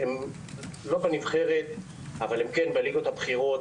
הם לא בנבחרת אבל הם לוקחים חלק במשחקי הליגות הבכירות,